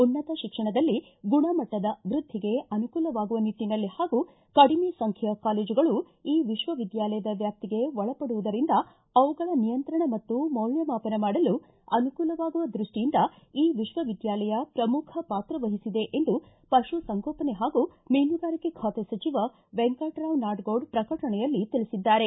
ಉನ್ನತ ಶಿಕ್ಷಣದಲ್ಲಿ ಗುಣಮಟ್ಟದ ವೃದ್ಧಿಗೆ ಅನುಕೂಲವಾಗುವ ನಿಟ್ಟನಲ್ಲಿ ಹಾಗೂ ಕಡಿಮೆ ಸಂಖ್ಯೆಯ ಕಾಲೇಜುಗಳು ಈ ವಿಶ್ವವಿದ್ಯಾಲಯದ ವ್ಯಾಪ್ತಿಗೆ ಒಳಪಡುವುದರಿಂದ ಅವುಗಳ ನಿಯಂತ್ರಣ ಮತ್ತು ಮೌಲ್ಯಮಾಪನ ಮಾಡಲು ಅನುಕೂಲವಾಗುವ ದೃಷ್ಟಿಯಿಂದ ಈ ವಿಶ್ವವಿದ್ಯಾಲಯ ಪ್ರಮುಖ ಪಾತ್ರವಹಿಸಿದೆ ಎಂದು ಪಶು ಸಂಗೋಪನೆ ಹಾಗೂ ಮೀನುಗಾರಿಕೆ ಖಾತೆ ಸಚಿವ ವೆಂಕಟರಾವ್ ನಾಡಗೌಡ ಪ್ರಕಟಣೆಯಲ್ಲಿ ತಿಳಿಸಿದ್ದಾರೆ